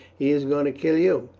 he is going to kill you.